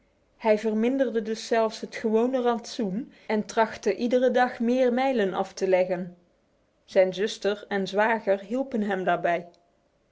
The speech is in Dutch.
hij verminderde dus zelfs het gewone rantsoen en trachtte iedere dag meer mijlen af te leggen zijn zuster en zwager hielpen hem daarbij